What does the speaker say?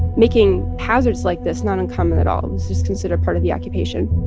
making hazards like this not uncommon at all. this was considered part of the occupation